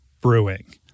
Brewing